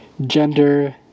gender